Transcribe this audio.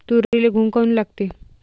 तुरीले घुंग काऊन लागते?